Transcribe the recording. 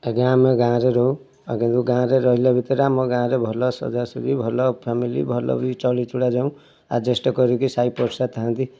ଆଜ୍ଞା ଆମେ ଗାଁରେ ରହୁ ଆମେ ଗାଁରେ ରହିଲା ଭିତରେ ଆମ ଗାଁରେ ଭଲ ସଜାସଜି ଭଲ ଫ୍ୟାମିଲି ଭଲ ବି ଚଳିଚୁଳା ଯାଉ ଆଡ଼ଜଷ୍ଟ୍ କରିକି ସାଇପଡ଼ିଶା ଥାନ୍ତି